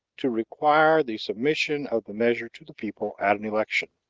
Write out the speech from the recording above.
to require the submission of the measure to the people at an election.